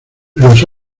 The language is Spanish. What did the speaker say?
los